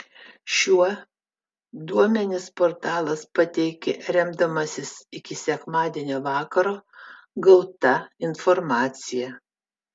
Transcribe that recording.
šiuo duomenis portalas pateikė remdamasis iki sekmadienio vakaro gauta informacija